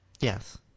Yes